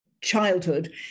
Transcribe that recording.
childhood